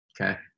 Okay